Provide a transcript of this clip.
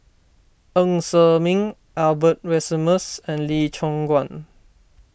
Ng Ser Miang Albert Winsemius and Lee Choon Guan